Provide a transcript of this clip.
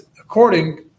according